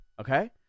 Okay